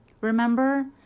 Remember